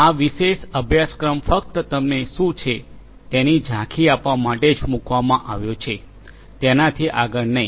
આ વિશેષ અભ્યાસક્રમ ફક્ત તમને શું છે તેની ઝાંખી આપવા માટે જ મૂકવામાં આવ્યો છે તેનાથી આગળ નહીં